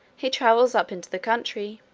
he travels up into the country.